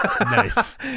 Nice